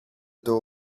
door